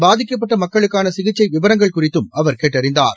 பாதிக்கப்பட்ட மக்களுக்கான சிகிச்சை விவரங்கள் குறித்து அவர் கேட்டறிந்தார்